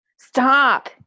Stop